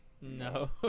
no